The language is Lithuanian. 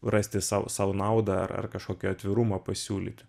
rasti sau sau naudą ar ar kažkokį atvirumą pasiūlyti